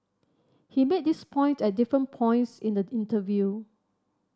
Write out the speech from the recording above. he made this point at different points in the interview